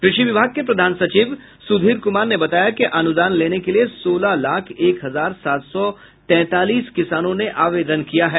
कृषि विभाग के प्रधान सचिव सुधीर कुमार ने बताया कि अनुदान लेने के लिये सोलह लाख एक हजार सात सौ तैंतालीस किसानों ने आवेदन किया है